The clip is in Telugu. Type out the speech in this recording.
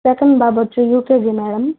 సెకండ్ బాబు వచ్చి యూకేజి మేడం